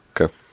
Okay